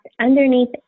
underneath